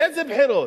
איזה בחירות?